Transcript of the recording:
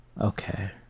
Okay